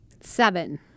Seven